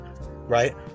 right